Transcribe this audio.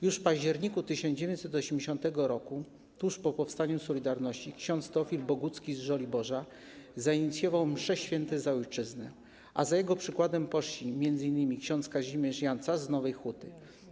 Już w październiku 1980 r., tuż po powstaniu „Solidarności”, ks. Teofil Bogucki z Żoliborza zainicjował msze św. za ojczyznę, a za jego przykładem poszedł m.in. ks. Kazimierz Jancarz z Nowej Huty.